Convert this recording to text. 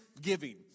giving